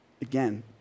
Again